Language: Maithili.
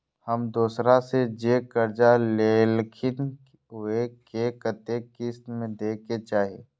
हम दोसरा से जे कर्जा लेलखिन वे के कतेक किस्त में दे के चाही?